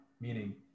meaning